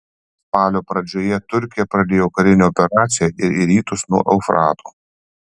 spalio pradžioje turkija pradėjo karinę operaciją ir į rytus nuo eufrato